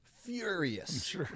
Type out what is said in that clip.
furious